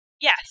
Yes